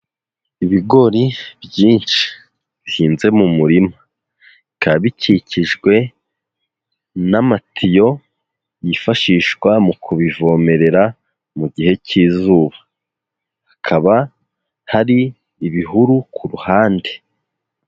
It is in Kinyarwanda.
Ibigori byinshi. Bihinze mu murima. Bikaba bikikijwe n'amatiyo yifashishwa mu kubivomerera mu gihe cy'izuba. Hakaba hari ibihuru ku ruhande.